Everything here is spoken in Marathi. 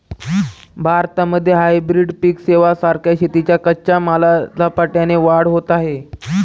भारतामध्ये हायब्रीड पिक सेवां सारख्या शेतीच्या कच्च्या मालात झपाट्याने वाढ होत आहे